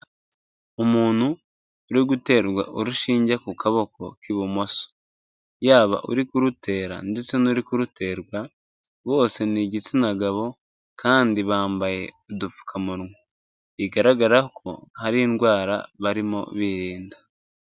Umuntu uri guterwa urushinge ku kaboko k'ibumoso. Yaba uri kurutera ndetse n'uri kuruterwa bose ni igitsina gabo kandi bambaye udupfukamunwa, bigaragara ko hari indwara barimo birinda.